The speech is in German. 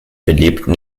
belebten